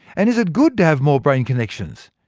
and is it good to have more brain connections?